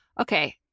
Okay